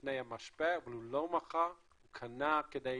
לפני המשבר, אבל היא לא מכרה, היא קנתה כדי